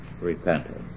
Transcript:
Repentance